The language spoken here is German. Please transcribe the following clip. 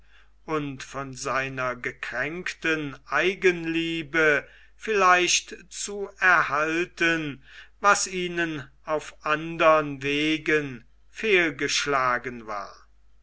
und von seiner gekränkten eigenliebe vielleicht zu erhalten was ihnen auf andern wegen fehlgeschlagen war